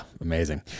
Amazing